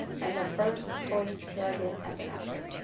and the first-choice drug is epinephrine.